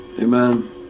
Amen